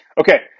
Okay